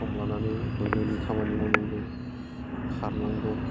सम लानानै बोलोनि खामानि मावनांगौ बा खारनांगौ